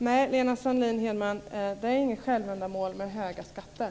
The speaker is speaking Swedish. Nej, Lena Sandlin-Hedman, det är inget självändamål med höga skatter.